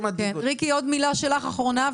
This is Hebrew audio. ריקי, מילה אחרונה.